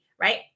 right